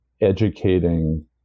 educating